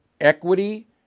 equity